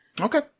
Okay